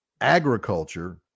agriculture